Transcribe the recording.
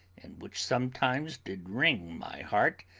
and which sometimes did wring my heart,